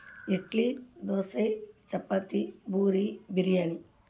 idli dosa chapati puri biryani